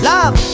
Love